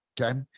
Okay